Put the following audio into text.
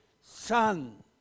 Son